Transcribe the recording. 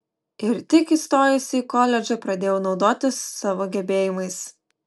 ir tik įstojusi į koledžą pradėjau naudotis savo gebėjimais